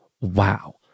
Wow